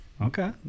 okay